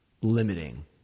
limiting